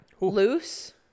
loose